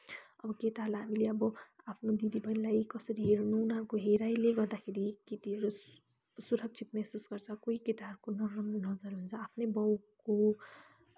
अब केटाहरूलाई हामीले अब आफ्नो दिदीबहिनीलाई कसरी हेर्नु उनीहरूको हेराइले गर्दाखेरि केटीहरू सुरक्षित महसुस गर्छ कोही केटाहरूको नराम्रो नजर हुन्छ आफ्नै बाबुको